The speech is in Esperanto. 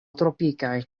tropikaj